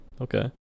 Okay